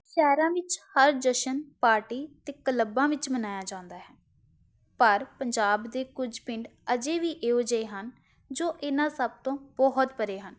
ਸ਼ਹਿਰਾਂ ਵਿੱਚ ਹਰ ਜਸ਼ਨ ਪਾਰਟੀ ਤਾਂ ਕਲੱਬਾਂ ਵਿੱਚ ਮਨਾਇਆ ਜਾਂਦਾ ਹੈ ਪਰ ਪੰਜਾਬ ਦੇ ਕੁਝ ਪਿੰਡ ਅਜੇ ਵੀ ਇਹੋ ਜਿਹੇ ਹਨ ਜੋ ਇਹਨਾਂ ਸਭ ਤੋਂ ਬਹੁਤ ਪਰੇ ਹਨ